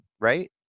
right